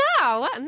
No